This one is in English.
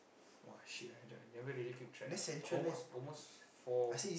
!wah! shit I never really keep track ah almost almost four